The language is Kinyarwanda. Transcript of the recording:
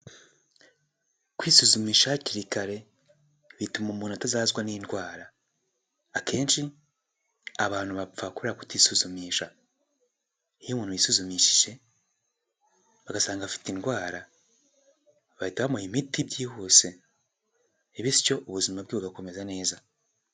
Kwisuzumisha hakiri kare bituma umuntu atazahazwa n'indwara. Akenshi abantu bapfa kubera kutisuzumisha. Iyo umuntu yisuzumishije bagasanga afite indwara bahita bamuha imiti byihuse bityo ubuzima bwe bugakomeza neza.